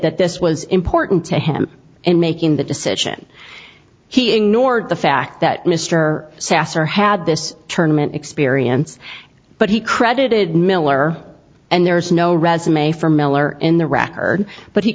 that this was important to him and making the decision he ignored the fact that mr sasser had this turn meant experience but he credited miller and there is no resume for miller in the record but he